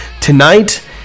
Tonight